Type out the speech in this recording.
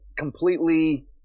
completely